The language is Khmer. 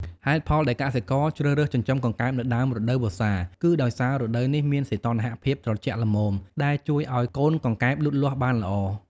ហេតុផលដែលកសិករជ្រើសរើសចិញ្ចឹមកង្កែបនៅដើមរដូវវស្សា គឺដោយសាររដូវនេះមានសីតុណ្ហភាពត្រជាក់ល្មម ដែលជួយឲ្យកូនកង្កែបលូតលាស់បានល្អ។